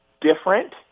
Different